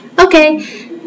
Okay